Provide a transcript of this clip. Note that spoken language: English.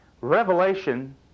revelation